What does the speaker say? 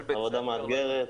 עבודה מאתגרת.